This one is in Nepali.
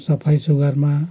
सफाइ सुग्घरमा